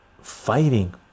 fighting